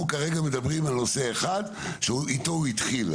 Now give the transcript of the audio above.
אנחנו כרגע מדברים על נושא אחד, שאיתו הוא התחיל.